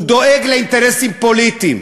דואג לאינטרסים פוליטיים.